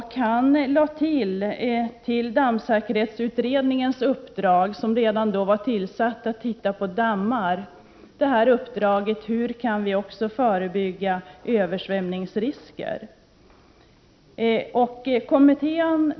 Han gav dammsäkerhetsutredningen, som redan var tillsatt för att titta på dammar, tilläggsuppdraget att ta reda på hur vi kan förebygga översvämningar.